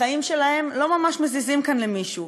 החיים שלהם לא ממש מזיזים כאן למישהו,